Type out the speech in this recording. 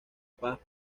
paz